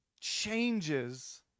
changes